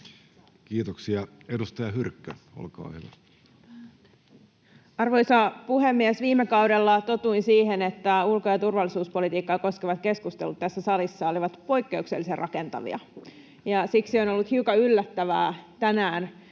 Kiitoksia. — Edustaja Hyrkkö, olkaa hyvä. Arvoisa puhemies! Viime kaudella totuin siihen, että ulko- ja turvallisuuspolitiikkaa koskevat keskustelut tässä salissa olivat poikkeuksellisen rakentavia, ja siksi on ollut hiukan yllättävää tänään